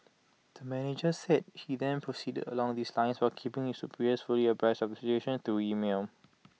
the manager said he then proceeded along these lines while keeping his superiors fully abreast of the situation through email